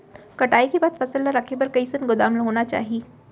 कटाई के बाद फसल ला रखे बर कईसन गोदाम होना चाही?